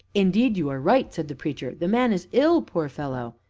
indeed, you are right, said the preacher the man is ill poor fellow!